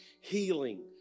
healing